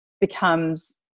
becomes